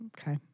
Okay